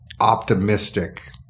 optimistic